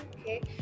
Okay